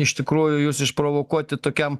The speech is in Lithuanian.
iš tikrųjų jus išprovokuoti tokiam